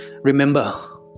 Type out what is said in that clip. remember